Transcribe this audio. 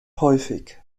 häufig